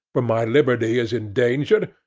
where my liberty is endangered,